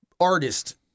Artist